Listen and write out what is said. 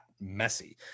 messy